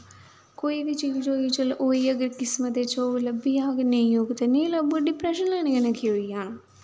कोई बी चीज होई चलो होई अगर किस्मत च होग लब्भी जाग नेईं होग ते नेईं लब्भग डिप्रैशन लैने कन्नै केह् होई जाना